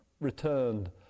returned